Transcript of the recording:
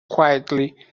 quietly